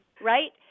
right